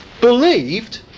believed